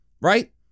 right